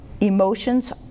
emotions